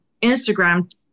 Instagram